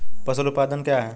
फसल उत्पादन क्या है?